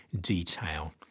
detail